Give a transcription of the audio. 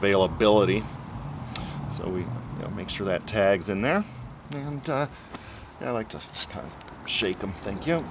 availability so we make sure that tags in there and i like to shake them thank you